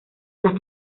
las